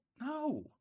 No